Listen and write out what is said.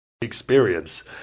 experience